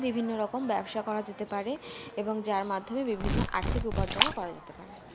বিভিন্ন রকম ব্যবসা করা যেতে পারে এবং যার মাধ্যমে বিভিন্ন আর্থিক উপার্জনও করা যেতে পারে